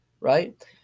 right